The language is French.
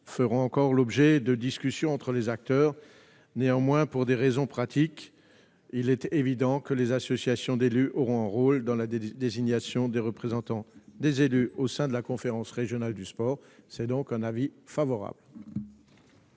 feront encore l'objet de discussions entre les acteurs. Néanmoins, pour des raisons pratiques, il est évident que les associations d'élus auront un rôle à jouer dans la désignation des représentants des élus au sein de la conférence régionale du sport. La commission émet un avis favorable